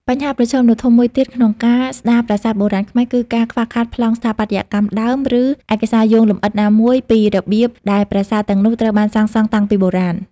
បញ្ហាប្រឈមដ៏ធំមួយទៀតក្នុងការស្ដារប្រាសាទបុរាណខ្មែរ គឺការខ្វះខាតប្លង់ស្ថាបត្យកម្មដើម ឬឯកសារយោងលម្អិតណាមួយពីរបៀបដែលប្រាសាទទាំងនោះត្រូវបានសាងសង់តាំងពីបុរាណ។